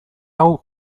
hau